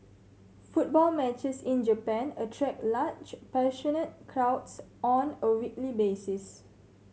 football matches in Japan attract large passionate crowds on a weekly basis